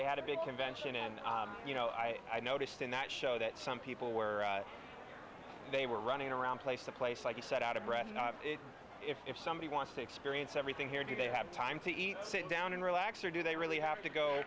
they had a big convention and you know i noticed in that show that some people were they were running around place a place like you said out of breath not if somebody wants to experience everything here do they have time to eat sit down and relax or do they really have to go